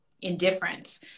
indifference